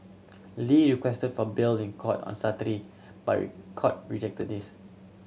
Lee requested for bail in court on Saturday but the court rejected this